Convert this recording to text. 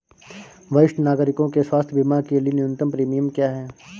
वरिष्ठ नागरिकों के स्वास्थ्य बीमा के लिए न्यूनतम प्रीमियम क्या है?